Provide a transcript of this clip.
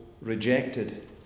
rejected